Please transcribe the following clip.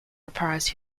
reprised